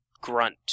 Grunt